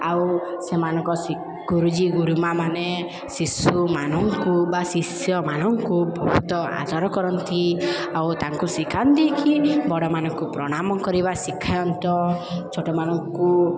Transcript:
ଆଉ ସେମାନଙ୍କ ଶ ଗୁରୁଜୀ ଗୁରୁମାମାନେ ଶିଶୁମାନଙ୍କୁ ବା ଶିଷ୍ୟମାନଙ୍କୁ ବହୁତ ଆଦର କରନ୍ତି ଆଉ ତାଙ୍କୁ ଶିଖାନ୍ତିକି ବଡ଼ମାନଙ୍କୁ ପ୍ରଣାମ କରିବା ଶିଖାନ୍ତି ଛୋଟମାନଙ୍କୁ